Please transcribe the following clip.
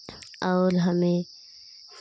और हमें